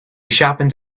sharpened